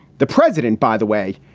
the president, by the way,